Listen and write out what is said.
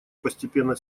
постепенно